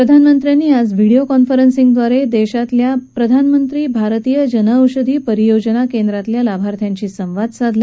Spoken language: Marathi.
प्रधानमंत्र्यांनी आज व्हिडिओ कॉन्फरन्सिंगद्वारे देशातल्या प्रधानमंत्री भारतीय जनऔषधी परियोजना केंद्रातल्या लाभार्थ्यांशी संवाद साधला